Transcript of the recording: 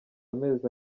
amezi